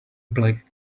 black